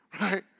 Right